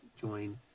join